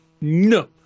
No